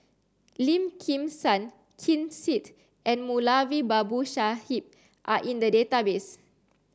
Lim Kim San Ken Seet and Moulavi Babu Sahib are in the database